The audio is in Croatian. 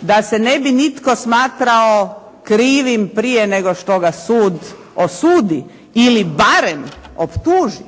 da se ne bi nitko smatrao krivim prije nego što ga sud osudi ili barem optuži,